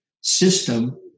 system